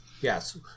yes